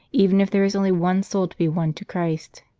even if there is only one soul to be won to christ.